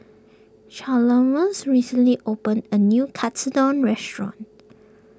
Chalmers recently opened a new Katsudon restaurant